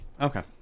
okay